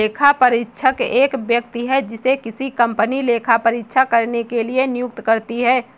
लेखापरीक्षक एक व्यक्ति है जिसे किसी कंपनी लेखा परीक्षा करने के लिए नियुक्त करती है